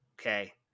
Okay